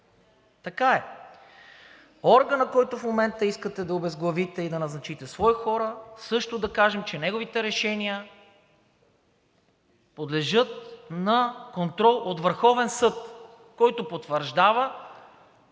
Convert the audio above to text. така е. Органът, който в момента искате да обезглавите и да назначите свои хора, също да кажем, че неговите решения подлежат на контрол от Върховния съд, който потвърждава